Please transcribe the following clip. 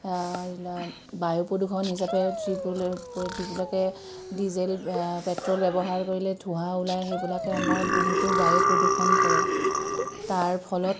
বায়ু প্ৰদূষণ হিচাপে যিবিলাকে ডিজেল পেট্ৰল ব্যৱহাৰ কৰিলে ধোঁৱা ওলায় সেইবিলাকে আমাৰ বহুতো বায়ু প্ৰদূষণ কৰে তাৰ ফলত